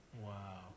Wow